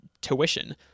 tuition